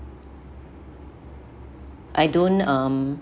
I don't um